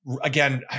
again